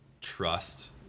trust